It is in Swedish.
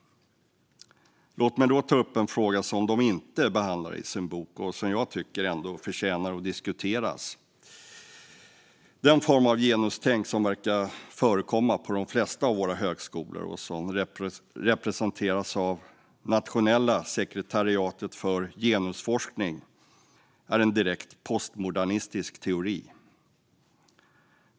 Låt mig ta upp en fråga som de inte behandlar i sin bok men som jag tycker förtjänar att diskuteras. Den form av genustänk som verkar förekomma på de flesta av våra högskolor och som representeras av Nationella sekretariatet för genusforskning är en direkt postmodernistisk teori.